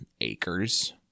acres